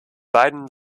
beiden